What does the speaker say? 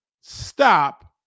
stop